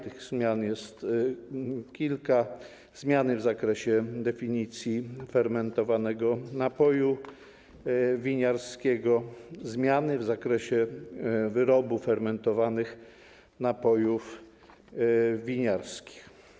Tych zmian jest kilka: zmiany w zakresie definicji fermentowanego napoju winiarskiego, zmiany w zakresie wyrobu fermentowanych napojów winiarskich.